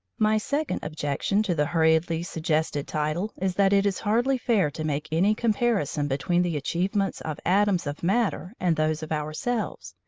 my second objection to the hurriedly suggested title is that it is hardly fair to make any comparison between the achievements of atoms of matter and those of ourselves.